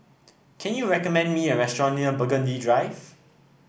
can you recommend me a restaurant near Burgundy Drive